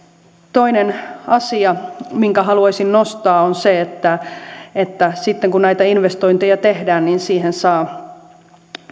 toinen asia minkä haluaisin nostaa on se että että sitten kun näitä investointeja tehdään niin siihen saa